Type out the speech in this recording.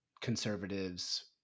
conservatives